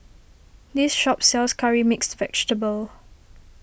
this shop sells Curry Mixed Vegetable